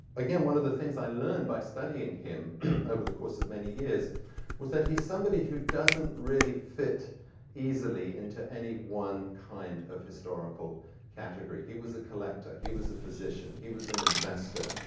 again, one of the things i learned by studying him over the course of many years was that he's somebody who doesn't really fit easily into any one kind of historical category. he was a collector. he was a physician. he was an investor.